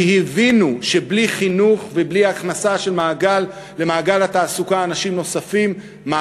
כי הבינו שבלי חינוך ובלי הכנסת אנשים נוספים למעגל התעסוקה,